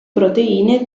proteine